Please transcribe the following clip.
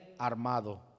armado